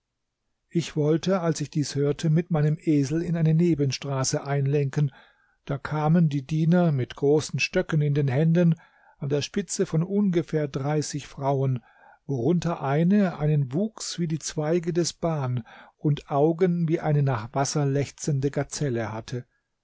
ich wollte als ich dies hörte mit meinem esel in eine nebenstraße einlenken da kamen die diener mit großen stöcken in den händen an der spitze von ungefähr dreißig frauen worunter eine einen wuchs wie die zweige des ban und augen wie eine nach wasser lechzende gazelle hatte